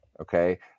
okay